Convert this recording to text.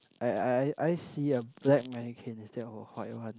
I I I I see a black mannequin instead of a white one